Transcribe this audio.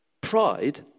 Pride